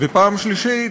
ופעם שלישית,